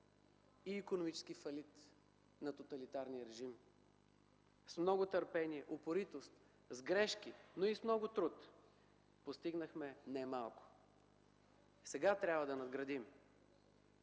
и икономически фалит на тоталитарния режим. С много търпение, упоритост, с грешки, но и с много труд постигнахме немалко. Сега трябва да надградим.